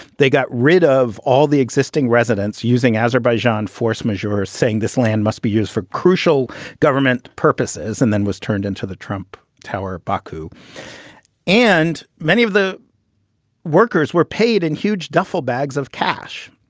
they got rid of all the existing residents using azerbaijan force majeure, saying this land must be used for crucial government purposes and then was turned into the trump tower. baku and many of the workers were paid in huge duffel bags of cash.